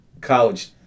college